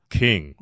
king